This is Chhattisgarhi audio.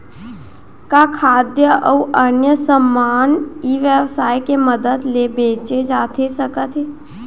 का खाद्य अऊ अन्य समान ई व्यवसाय के मदद ले बेचे जाथे सकथे?